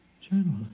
General